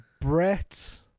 Brett